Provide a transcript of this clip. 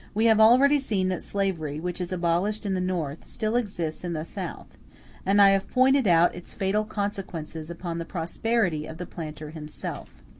we have already seen that slavery, which is abolished in the north, still exists in the south and i have pointed out its fatal consequences upon the prosperity of the planter himself.